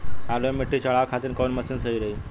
आलू मे मिट्टी चढ़ावे खातिन कवन मशीन सही रही?